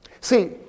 See